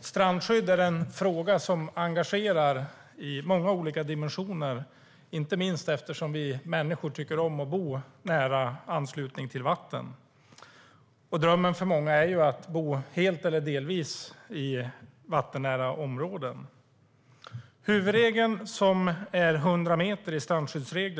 Strandskydd är en fråga som engagerar i många olika dimensioner, inte minst eftersom vi människor tycker om att bo i nära anslutning till vatten. Drömmen för många är att bo helt eller delvis i vattennära områden. Huvudregeln i strandskyddsreglerna gäller 100 meter.